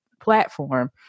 platform